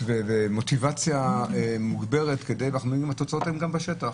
ומוטיבציה מוגברת ואנחנו רואים שהתוצאות הן גם בשטח.